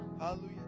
Hallelujah